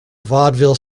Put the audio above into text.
vaudeville